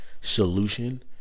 solution